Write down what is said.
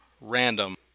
random